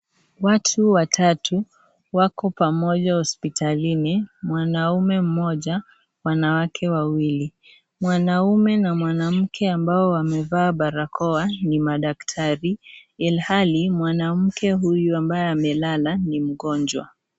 Watu watatu wako pamoja hospitalini, mwanaume mmoja na wanawake wawili. Mwanaume na mwanamke ambao wamevaa barakoa ni madaktari ilhali mwanamke huyu ambaye amelala ni mgonjwa.